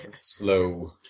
Slow